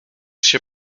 się